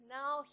now